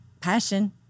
passion